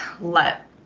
let